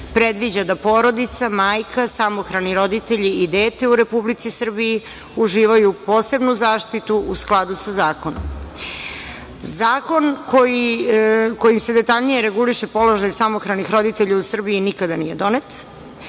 predviđa da porodica, majka samohrani roditelj i dete u Republici Srbiji uživaju posebnu zaštitu u skladu sa zakonom. Zakon kojim se detaljnije reguliše položaj samohranih roditelja u Srbiji nikada nije donet,